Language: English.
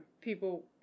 people